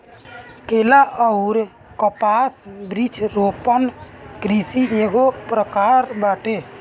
केला अउर कपास वृक्षारोपण कृषि एगो प्रकार बाटे